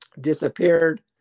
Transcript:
disappeared